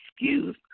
excuse